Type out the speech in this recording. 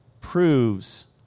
proves